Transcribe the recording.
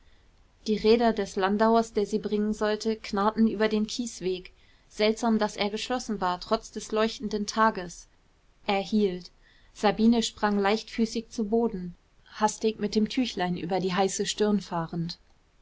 die räder des landauers der sie bringen sollte knarrten über den kiesweg seltsam daß er geschlossen war trotz des leuchtenden tages er hielt sabine sprang leichtfüßig zu boden hastig mit dem tüchlein über die heiße stirn fahrend